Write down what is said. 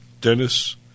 Dennis